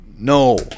No